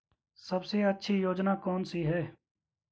सबसे अच्छी योजना कोनसी है?